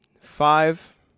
five